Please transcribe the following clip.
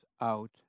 out